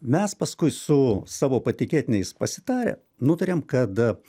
mes paskui su savo patikėtiniais pasitarę nutarėm kad